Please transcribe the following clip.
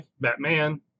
Batman